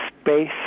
space